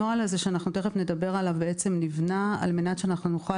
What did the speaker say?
הנוהל הזה שתכף נדבר עליו נבנה על מנת שנוכל